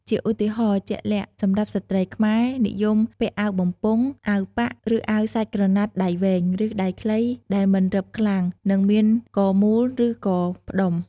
ជាឧទាហរណ៍ជាក់លាក់ សម្រាប់ស្ត្រីខ្មែរ និយមស្លៀកអាវបំពង់ អាវប៉ាក់ ឬអាវសាច់ក្រណាត់ដៃវែង ឬដៃខ្លីដែលមិនរឹបខ្លាំង និងមានកមូល ឬកផ្ដុំ។